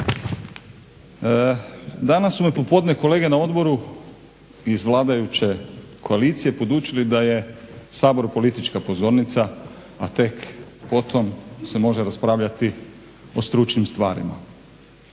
Danas su me popodne kolege na odboru iz vladajuće koalicije podučili da je Sabor politička pozornica, a tek potom se može raspravljati o stručnim stvarima.